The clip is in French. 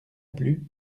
plus